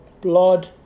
blood